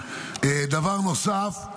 דבר נוסף: